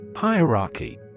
Hierarchy